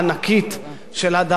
אנחנו עוברים לחבר הכנסת יצחק הרצוג,